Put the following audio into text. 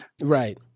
Right